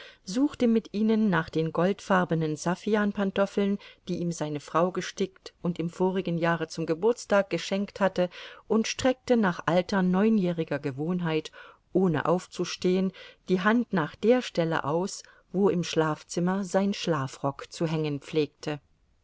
suchte mit ihnen nach den goldfarbenen saffianpantoffeln die ihm seine frau gestickt und im vorigen jahre zum geburtstage geschenkt hatte und streckte nach alter neunjähriger gewohnheit ohne aufzustehen die hand nach der stelle aus wo im schlafzimmer sein schlafrock zu hängen pflegte